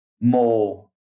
more